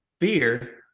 fear